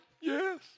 Yes